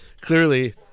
clearly